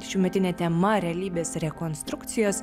šiųmetinė tema realybės rekonstrukcijos